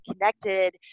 connected